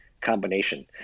combination